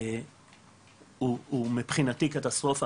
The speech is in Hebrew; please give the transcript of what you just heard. הוא מבחינתי קטסטרופה,